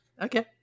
Okay